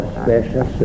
special